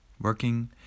working